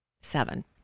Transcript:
Seven